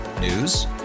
News